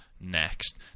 next